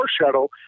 shuttle